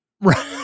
Right